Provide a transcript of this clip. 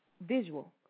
visual